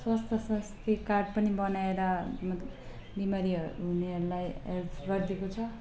स्वास्थ्य साथी कार्ड पनि बनाएर मतलब बिमारी हुनेहरूलाई हेल्प गरिदिएको छ